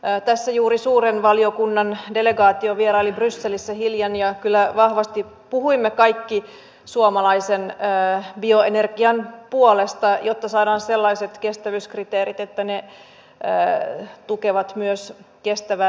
tässä juuri suuren valiokunnan delegaatio vieraili brysselissä hiljan ja kyllä vahvasti puhuimme kaikki suomalaisen bioenergian puolesta jotta saadaan sellaiset kestävyyskriteerit että ne tukevat myös kestävää metsänkäyttöä